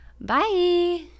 Bye